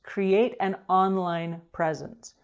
create an online presence.